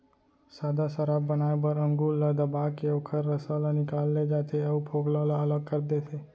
सादा सराब बनाए बर अंगुर ल दबाके ओखर रसा ल निकाल ले जाथे अउ फोकला ल अलग कर देथे